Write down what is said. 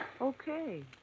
Okay